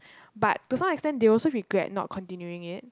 but to some extent they also regret not continuing it